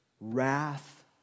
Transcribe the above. wrath